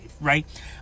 right